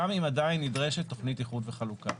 גם אם עדיין נדרשת תכנית איחוד וחלוקה.